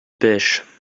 pêches